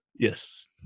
Yes